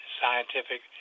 scientific